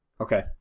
Okay